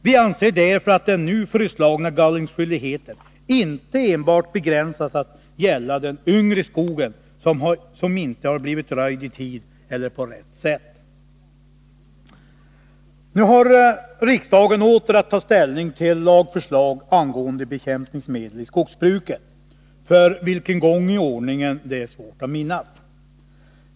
Vi anser därför att den nu föreslagna gallringsskyldigheten inte enbart begränsas till att gälla den yngre skogen, som inte har blivit röjd i tid eller på rätt sätt. Nu har riksdagen åter att ta ställning till lagförslag angående bekämpningsmedel i skogsbruket — för vilken gång i ordningen är svårt att minnas.